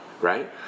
right